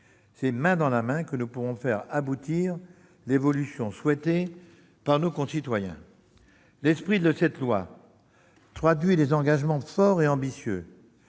C'est main dans la main que nous pourrons mener à bien l'évolution souhaitée par nos concitoyens. L'esprit de ce texte traduit des engagements forts et ambitieux.